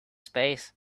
space